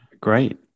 Great